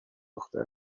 دختر